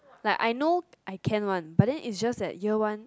like I know I can one but then is just that year one